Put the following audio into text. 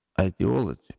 ideology